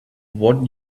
what